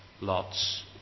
Lot's